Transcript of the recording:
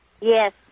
Yes